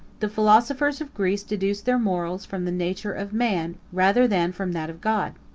the philosophers of greece deduced their morals from the nature of man, rather than from that of god.